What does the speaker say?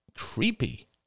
creepy